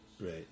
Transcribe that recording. Right